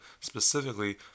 specifically